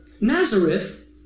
Nazareth